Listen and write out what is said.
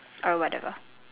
or whatever